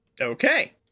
Okay